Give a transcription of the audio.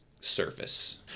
surface